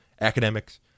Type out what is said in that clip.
academics